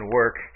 work